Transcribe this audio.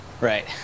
Right